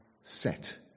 Set